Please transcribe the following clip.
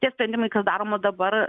tie sprendimai kas daroma dabar